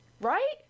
Right